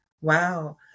Wow